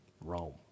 Rome